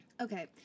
Okay